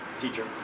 teacher